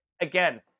again